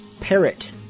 parrot